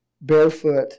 barefoot